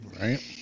right